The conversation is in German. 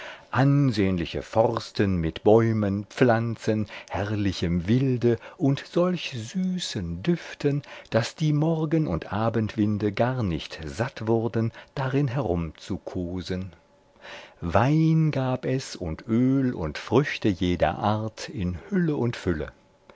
ansehnliche forsten mit bäumen pflanzen herrlichem wilde und solch süßen düften daß die morgen und abendwinde gar nicht satt wurden darin herumzukosen wein gab es und öl und früchte jeder art in hülle und fülle